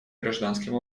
гражданским